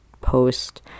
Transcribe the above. post